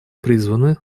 призваны